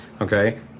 Okay